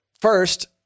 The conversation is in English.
first